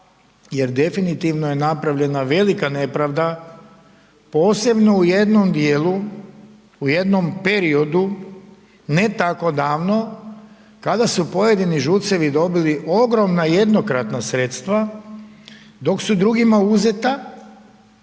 jer definitivno napravljena velika nepravda posebno u jednom djelu, u jednom periodu ne tako davno kada su pojedini ŽUC-evi dobili ogromna jednokratna sredstva dok su drugima uzeta